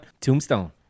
Tombstone